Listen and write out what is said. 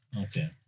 Okay